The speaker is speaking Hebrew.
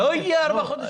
זה לא יהיה רק ארבעה חודשים.